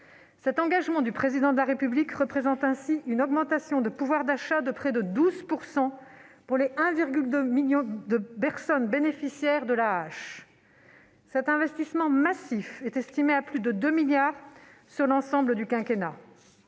un engagement du Président de la République, ce qui représente une augmentation de pouvoir d'achat de près de 12 % pour le 1,2 million de bénéficiaires. Cet investissement massif est estimé à plus de 2 milliards d'euros sur l'ensemble du quinquennat.